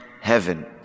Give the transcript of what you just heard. heaven